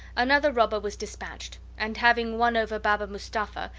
another robber was dispatched, and, having won over baba mustapha,